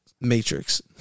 Matrix